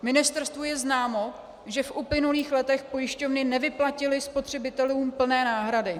Ministerstvu je známo, že v uplynulých letech pojišťovny nevyplatily spotřebitelům plné náhrady.